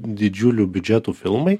didžiulių biudžetų filmai